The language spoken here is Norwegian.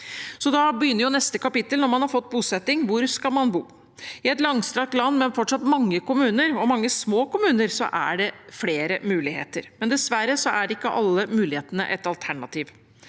Da begynner neste kapittel: Når man har fått bosetting, hvor skal man bo? I et langstrakt land med fortsatt mange kommuner, og mange små kommuner, er det flere muligheter, men dessverre er ikke alle mulighetene et alternativ.